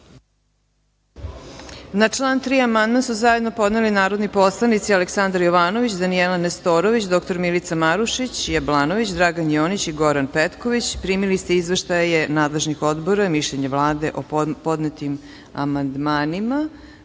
Na član 3. amandman su zajedno podneli narodni poslanici Aleksandar Jovanović, Danijela Nestorović, dr Milica Marušić Jablanović, Dragan Jonić i Goran Petković. Primili ste izveštaje nadležnih odbora, mišljenje Vlade o podnetim amandmanima. Reč